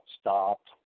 stopped